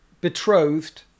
betrothed